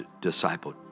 disciple